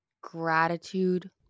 gratitude